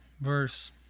verse